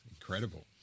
incredible